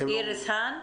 איריס האן.